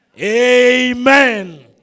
Amen